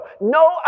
no